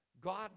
God